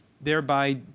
thereby